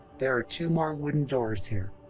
there are two more wooden doors here.